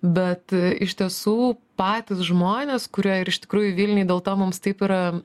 bet e iš tiesų patys žmonės kurie ir iš tikrųjų vilniuj dėl to mums taip yra